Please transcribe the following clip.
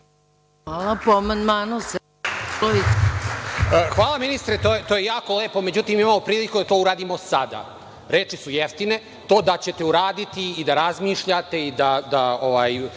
**Saša Radulović** Hvala ministre, to je jako lepo, međutim, mi imamo priliku da to uradimo sada. Reči su jeftine, a to da ćete uraditi i da razmišljate i da